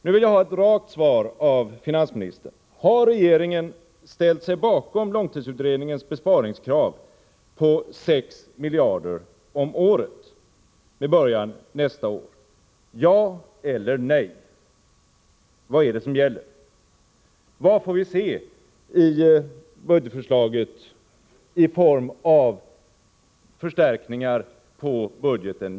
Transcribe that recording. Nu vill jag ha ett rakt svar av finansministern: Har regeringen ställt sig bakom långtidsutredningens besparingskrav på 6 miljarder om året med början nästa år — ja eller nej? Vad är det som gäller? Vad får vi se i budgetförslaget i form av förstärkningar på budgeten?